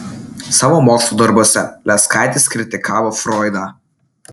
savo mokslo darbuose leskaitis kritikavo froidą